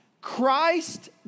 Christ